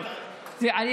לא הבנת.